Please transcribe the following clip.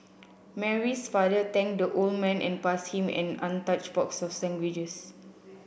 Mary's father thanked the old man and passed him an untouched box of sandwiches